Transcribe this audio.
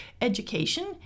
education